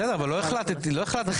בסדר, אבל לא החלטתי עדיין.